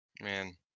Man